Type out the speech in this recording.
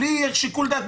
בלי שיקול דעת,